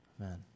Amen